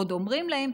עוד אומרים להם: